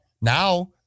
now